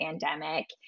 pandemic